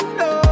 no